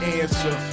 answer